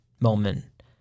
moment